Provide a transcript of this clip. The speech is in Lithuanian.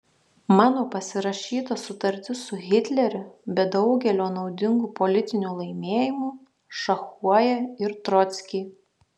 mano pasirašyta sutartis su hitleriu be daugelio naudingų politinių laimėjimų šachuoja ir trockį